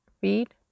feed